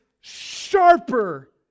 sharper